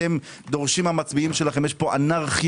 אתם דורשים מהמצביעים שלכם - יש פה אנרכיה.